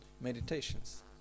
meditations